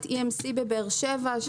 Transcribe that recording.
EMC בבאר שבע,